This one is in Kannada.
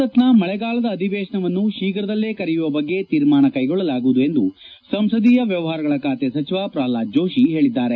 ಸಂಸತ್ನ ಮಳೆಗಾಲದ ಅಧಿವೇಶನವನ್ನು ಶೀಘ್ರದಲ್ಲಿ ಕರೆಯುವ ಬಗ್ಗೆ ತೀರ್ಮಾನ ಕೈಗೊಳ್ಳಲಾಗುವುದು ಎಂದು ಸಂಸದೀಯ ವ್ಕವಹಾರಗಳ ಖಾತೆ ಸಚಿವ ಪ್ರಲ್ಪಾದ್ ಜೋಶಿ ಹೇಳಿದ್ದಾರೆ